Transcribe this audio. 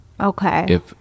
Okay